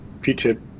future